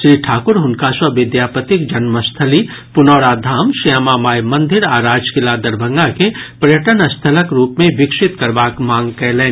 श्री ठाकुर हुनका सॅ विद्यापतिक जन्मस्थली पुनौराधाम श्यामा माई मंदिर आ राजकिला दरभंगा के पर्यटन स्थलक रूप मे विकसित करबाक मांग कयलनि